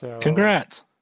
Congrats